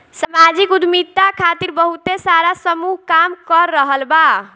सामाजिक उद्यमिता खातिर बहुते सारा समूह काम कर रहल बा